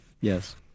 Yes